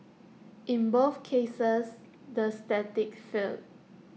in both cases the static failed